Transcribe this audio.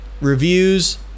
reviews